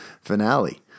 finale